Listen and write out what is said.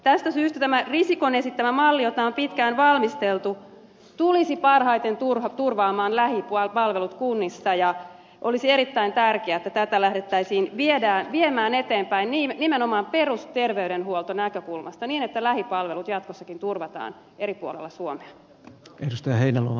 tästä syystä tämä risikon esittämä malli jota on pitkään valmisteltu tulisi parhaiten turvaamaan lähipalvelut kunnissa ja olisi erittäin tärkeää että tätä lähdettäisiin viemään eteenpäin nimenomaan perusterveydenhuoltonäkökulmasta niin että lähipalvelut jatkossakin turvataan eri puolilla suomea